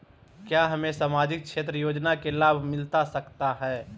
क्या हमें सामाजिक क्षेत्र योजना के लाभ मिलता सकता है?